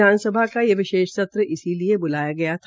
विधानसभा का ये विशेष सत्र इसलिये बुलाया गया था